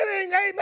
amen